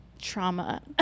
Trauma